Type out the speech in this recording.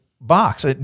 box